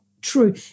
true